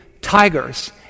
tigers